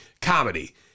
comedy